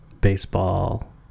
baseball